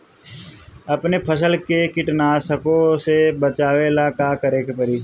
अपने फसल के कीटनाशको से बचावेला का करे परी?